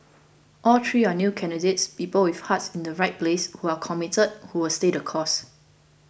all three are new candidates people with hearts in the right place who are committed who will stay the course